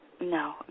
No